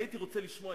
אולי זה איזה כתם שחור,